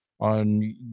on